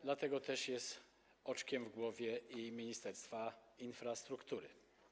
Dlatego też jest oczkiem w głowie Ministerstwa Infrastruktury.